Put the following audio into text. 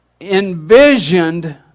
envisioned